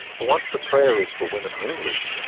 but once the prayer is for women only,